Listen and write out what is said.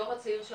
הדור הצעיר,